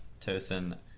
Tosin